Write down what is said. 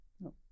No